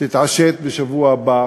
תתעשת בשבוע הבא